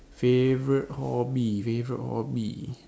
favourite hobby favourite hobby